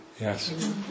Yes